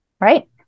right